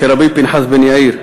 של רבי פנחס בן יאיר.